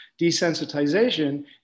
Desensitization